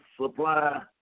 supply